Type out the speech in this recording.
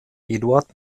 eduard